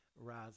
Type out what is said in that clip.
Rise